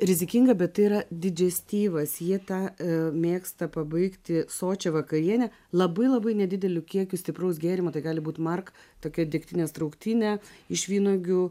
rizikinga bet tai yra didžestivas jie tą mėgsta pabaigti sočią vakarienę labai labai nedideliu kiekiu stipraus gėrimo tai gali būti mark tokia degtinės trauktinė iš vynuogių